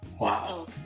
Wow